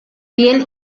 piel